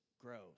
grows